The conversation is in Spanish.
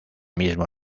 mismo